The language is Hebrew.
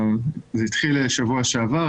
זה התחיל שבוע שעבר,